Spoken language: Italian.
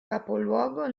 capoluogo